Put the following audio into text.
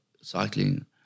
cycling